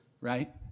right